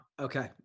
Okay